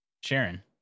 Sharon